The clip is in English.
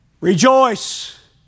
Rejoice